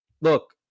look